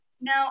No